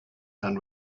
and